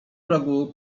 rogu